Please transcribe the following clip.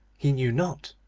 he knew not.